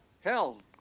hell